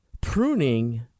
Pruning